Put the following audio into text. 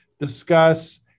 discuss